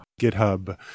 GitHub